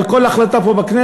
על כל החלטה פה בכנסת,